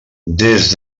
des